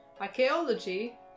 archaeology